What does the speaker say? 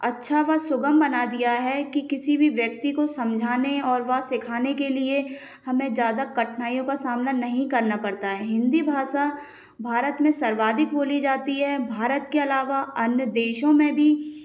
अच्छा व सुगम बना दिया है कि किसी भी व्यक्ति को समझाने और व सिखाने के लिए हमें ज्यादा कठिनाइयों का सामना नहीं करना पड़ता है हिंदी भाषा भारत में सर्वाधिक बोली जाती है भारत के अलावा अन्य देशों में भी